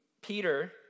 Peter